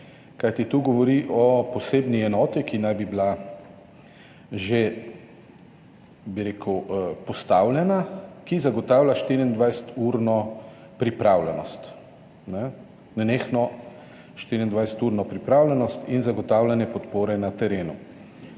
kajti govori o posebni enoti, ki naj bi bila že postavljena in ki zagotavlja 24-urno pripravljenost, nenehno 24-urno pripravljenost in zagotavljanje podpore na terenu.